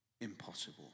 impossible